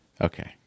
Okay